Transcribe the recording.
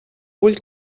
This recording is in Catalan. vull